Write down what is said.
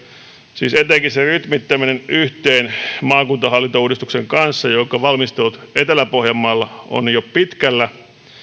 siis etenkin sen rytmittäminen yhteen maakuntahallintouudistuksen kanssa jonka valmistelut etelä pohjanmaalla ovat jo pitkällä